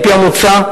על-פי המוצע,